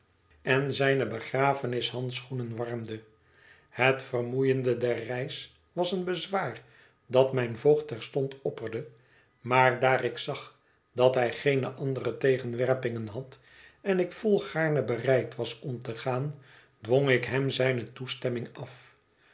en zijne begrafenis handschoenen warmde het vermoeiende der reis was een bezwaar dat mijn voogd terstond opperde maar daar ik zag dat hij geene andere tegenwerpingen had en ik volgaarne bereid was om te gaan dwong ik hem zijne toestemming af